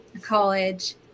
college